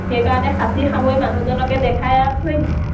সেইকাৰণে সাঁচি সামৰি মানুহজনকে দেখাই আৰু থৈ দিছোঁ